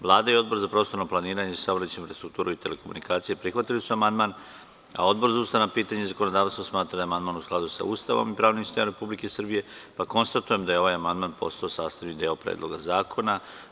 Vlada i Odbor za prostorno planiranje, saobraćaj, infrastrukturu i telekomunikacije prihvatili su amandman, a Odbor za ustavna pitanja i zakonodavstvo smatra da je amandman u skladu sa Ustavom i pravnim sistemom Republike Srbije, pa konstatujem da je amandman postao sastavni deo Predloga zakona.